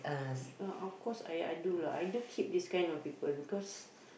uh of course I I do lah I do keep this kind of people because